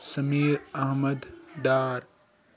Sameer Ahmad Dar